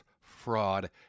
fraud